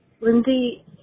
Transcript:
Lindsay